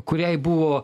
kuriai buvo